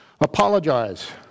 Apologize